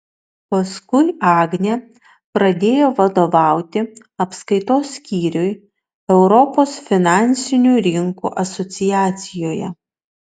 paskui agnė pradėjo vadovauti apskaitos skyriui europos finansinių rinkų asociacijoje